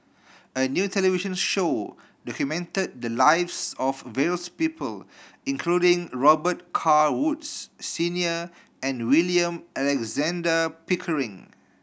a new television show documented the lives of various people including Robet Carr Woods Senior and William Alexander Pickering